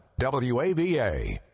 WAVA